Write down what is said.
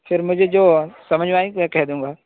سر مجھے جو سمجھ میں آئے گی میں کہہ دوں گا